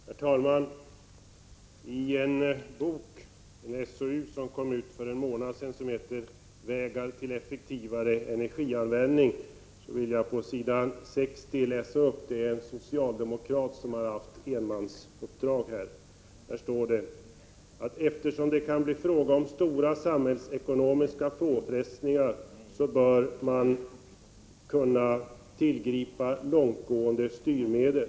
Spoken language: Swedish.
Herr talman! Jag vill läsa upp litet ur en bok som kom ut för en månad sedan, SOU 1986:16 Vägar till effektivare energianvändning. Det är en socialdemokrat som har haft enmansuppdrag, Per Olof Håkansson. Han säger att eftersom det kan bli fråga om stora samhällsekonomiska påfrestningar bör man kunna tillgripa långtgående styrmedel.